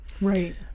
Right